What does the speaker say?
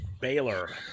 Baylor